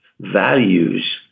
values